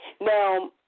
Now